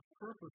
purpose